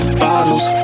bottles